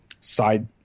side